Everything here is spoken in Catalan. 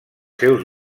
seus